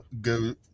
go